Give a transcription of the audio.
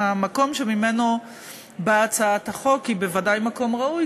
המקום שממנו באה הצעת החוק הוא בוודאי מקום ראוי,